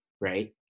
right